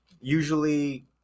usually